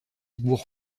bourg